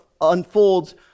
unfolds